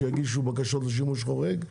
שיגישו בקשות לשימוש חורג.